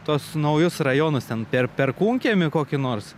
tuos naujus rajonus ten per perkūnkiemį kokį nors